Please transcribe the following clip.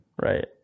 Right